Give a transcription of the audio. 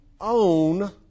own